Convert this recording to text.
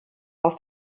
aus